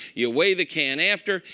you weigh the can after,